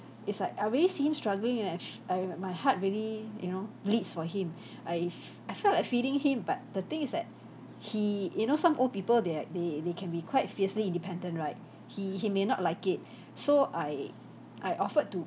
it's like I really see him struggling and then I f~ my heart really you know bleeds for him I f~ I felt like feeding him but the thing is that he you know some old people they're they they can be quite fiercely independent right he he may not like it so I I offered to